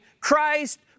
Christ